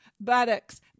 buttocks